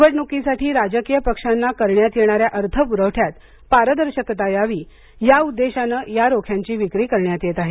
निवडणुकीसाठी राजकीय पक्षांना करण्यात येणाऱ्या अर्थ पुरवठ्यात पारदर्शकता यावी या उद्देशाने या रोख्यांची विक्री करण्यात येत आहे